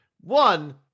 one